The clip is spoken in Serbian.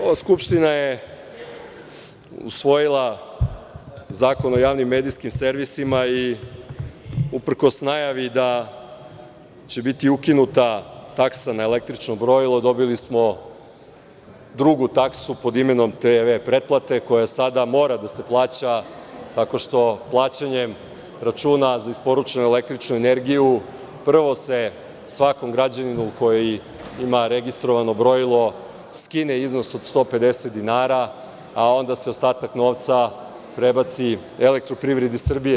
Ova Skupština je usvojila Zakon o javnim medijskim servisima i uprkos najavi da će biti ukinuta taksa na električno brojilo, dobili smo drugu taksu pod imenom TV pretplate, koja sada mora da se plaća tako što plaćanjem računa za isporučenu električnu energiju, prvo se svakom građaninu koji ima registrovano brojilo skine iznos od 150 dinara, a onda se ostatak novca prebaci Elektroprivredi Srbije.